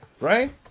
Right